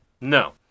No